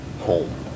home